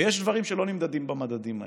ויש דברים שלא נמדדים במדדים האלה.